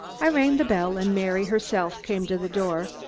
i rang the bell and mary, herself, came to the door,